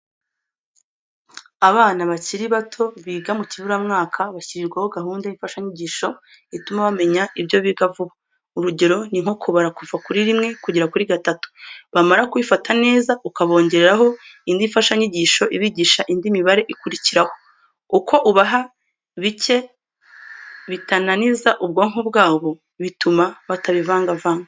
Abana bakiri bato, biga mu kiburamwaka, bashyirirwaho gahunda y'imfashanyigisho ituma bamenya ibyo biga vuba. Urugero ni nko kubara kuva kuri rimwe kugera kuri gatatu. Bamara kubifata neza, ukabongereraho indi mfashanyigisho ibigisha indi mibare ikurukiraho. Uko ubaha bike bitananiza ubwonko bwabo, bituma batabivangavanga.